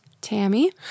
Tammy